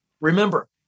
Remember